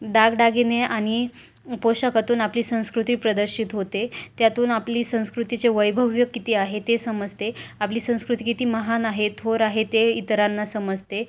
दागदागिने आणि पोषाखातून आपली संस्कृती प्रदर्शित होते त्यातून आपली संस्कृतीचे वैभव किती आहे ते समजते आपली संस्कृती किती महान आहे थोर आहे ते इतरांना समजते